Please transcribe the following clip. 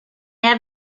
have